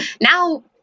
now